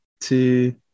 two